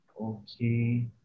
Okay